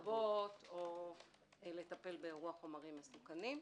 לכבות או לטפל באירוע חומרים מסוכנים.